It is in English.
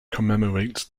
commemorates